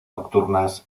nocturnas